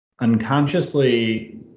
unconsciously